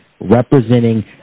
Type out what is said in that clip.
representing